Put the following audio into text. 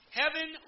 heaven